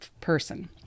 person